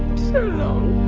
so long